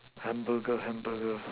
hamburger hamburger